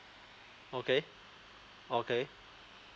okay okay